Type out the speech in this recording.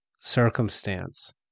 circumstance